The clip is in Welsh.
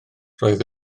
roedd